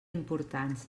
importants